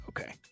Okay